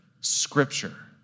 scripture